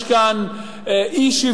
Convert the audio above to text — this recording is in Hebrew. יש כאן אי-שוויון,